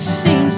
seems